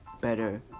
better